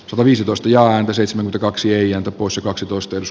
sivu viisitoista ja seitsemän kaksi eija usa kaksitoista jos